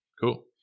Cool